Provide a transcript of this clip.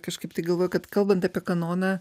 kažkaip tai galvoju kad kalbant apie kanoną